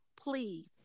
please